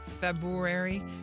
February